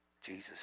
Jesus